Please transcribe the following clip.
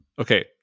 Okay